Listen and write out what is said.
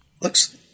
Looks